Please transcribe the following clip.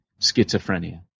schizophrenia